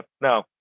no